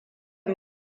mu